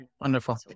Wonderful